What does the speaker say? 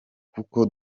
kuko